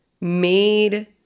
made